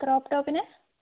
crop ടോപ്പിന്